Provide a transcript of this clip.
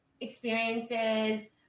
experiences